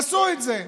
עשו את זה.